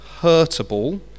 hurtable